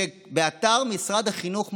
שבאתר משרד החינוך,